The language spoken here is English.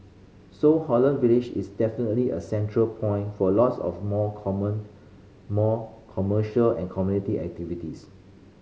so Holland Village is definitely a central point for a lots more more commercial and community activities